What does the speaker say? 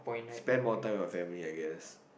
spend more time with my family I guess